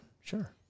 sure